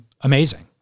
amazing